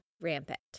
rampant